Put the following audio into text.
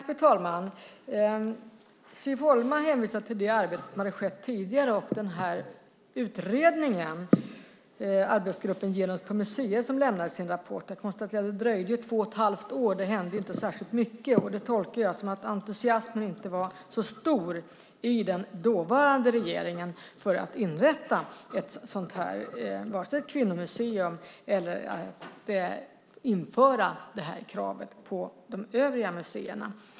Fru talman! Siv Holma hänvisar till det arbete som har skett tidigare och till utredningen arbetsgruppen Genus på museer som lämnat sin rapport. Jag konstaterar att det dröjde två och ett halvt år. Det hände inte särskilt mycket. Det tolkar jag som att entusiasmen inte var så stor i den dåvarande regeringen vare sig för att inrätta ett kvinnomuseum eller för att införa kravet på de övriga museerna.